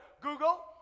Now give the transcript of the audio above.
Google